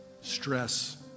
stress